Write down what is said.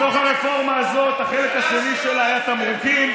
בתוך הרפורמה הזאת החלק השני שלה היה תמרוקים.